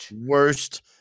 worst